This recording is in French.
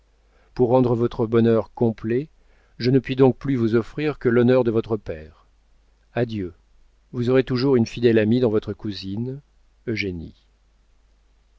pour rendre votre bonheur complet je ne puis donc plus vous offrir que l'honneur de votre père adieu vous aurez toujours une fidèle amie dans votre cousine eugénie le